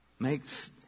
makes